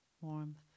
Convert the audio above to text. warmth